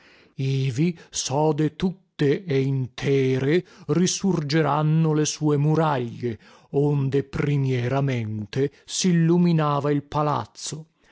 ivi sode tutte e intere risurgeranno le sue muraglie onde primieramente silluminava il palazzo